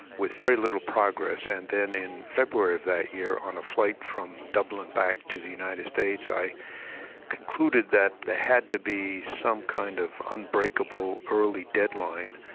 with very little progress, and then in february of that year, on a flight from dublin back to the united states, i concluded that there had to be some kind of unbreakable, early deadline,